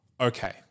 Okay